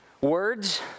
words